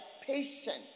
patient